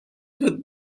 with